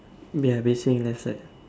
ya basin left side